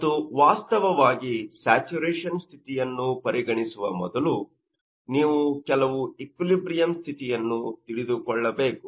ಮತ್ತು ವಾಸ್ತವವಾಗಿ ಸ್ಯಾಚುರೇಶನ್ ಸ್ಥಿತಿಯನ್ನು ಪರಿಗಣಿಸುವ ಮೊದಲು ನೀವು ಕೆಲವು ಈಕ್ವಿಲಿಬ್ರಿಯಮ್ ಸ್ಥಿತಿಯನ್ನು ತಿಳಿದುಕೊಳ್ಳಬೇಕು